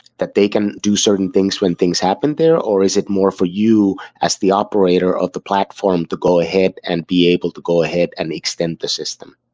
that they can do certain things when things happen there, or is it more for you as the operator of the platform to go ahead and be able to go ahead and extend the system?